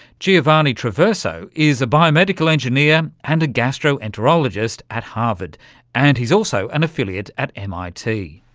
giovanni traverso is a biomedical engineer and a gastroenterologist at harvard and he's also an affiliate at mit.